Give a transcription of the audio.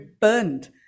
burned